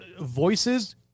Voices